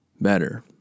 better